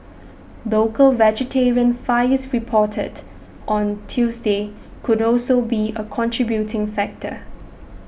local vegetarian fires reported on Tuesday could also be a contributing factor